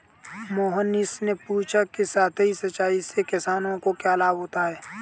मोहनीश ने पूछा कि सतही सिंचाई से किसानों को क्या लाभ होता है?